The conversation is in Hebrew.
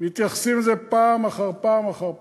מתייחסים לזה פעם אחר פעם אחר פעם.